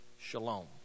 shalom